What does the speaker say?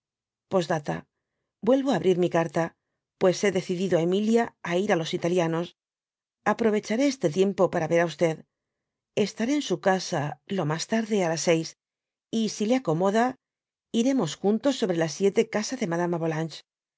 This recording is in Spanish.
d vuelvo á abrir mi carta pues hé de cidido á emilia á ir á los italianos aprovecharé este tiempo para ver á estaré en su casa lo mas tarde á las seis y si le acomoda iremos juntos sobre las siete casa de madama